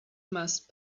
must